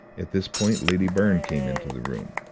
at this point lady byrne came into the room,